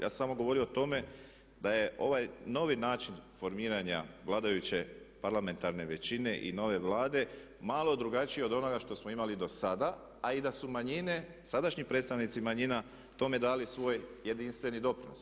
Ja sam samo govorio o tome da je ovaj novi način formiranja vladajuće parlamentarne većine i nove Vlade malo drugačiji od onoga što smo imali dosada, a i da su manjine sadašnji predstavnici manjina tome dali svoj jedinstveni doprinos.